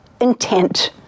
intent